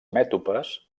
mètopes